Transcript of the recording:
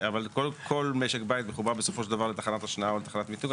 אבל כל משק בית מחובר בסופו של דבר לתחנת השנעה או תחנת מיתוג.